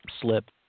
slip